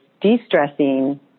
de-stressing